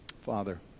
Father